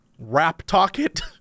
Rap-talk-it